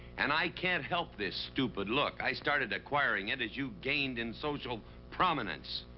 and i can't help this stupid look. i started acquiring it as you gained in social prominence.